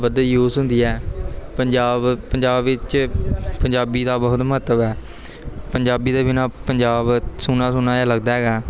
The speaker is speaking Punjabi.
ਵੱਧ ਯੂਸ ਹੁੰਦੀ ਹੈ ਪੰਜਾਬ ਪੰਜਾਬ ਵਿੱਚ ਪੰਜਾਬੀ ਦਾ ਬਹੁਤ ਮਹੱਤਵ ਹੈ ਪੰਜਾਬੀ ਦੇ ਬਿਨਾਂ ਪੰਜਾਬ ਸੁੰਨਾ ਸੁੰਨਾ ਜਿਹਾ ਲੱਗਦਾ ਹੈਗਾ ਹੈ